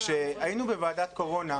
כשהיינו בוועדת הקורונה,